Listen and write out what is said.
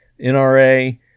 NRA